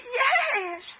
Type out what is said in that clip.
yes